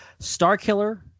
Starkiller